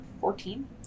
Fourteen